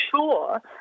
sure